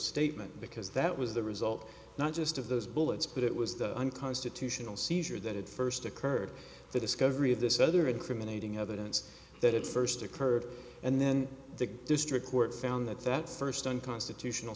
statement because that was the result not just of those bullets but it was the unconstitutional seizure that it first occurred the discovery of this other incriminating evidence that it first occurred and then the district court found that that first unconstitutional